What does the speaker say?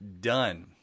done